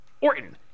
Orton